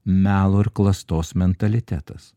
melo ir klastos mentalitetas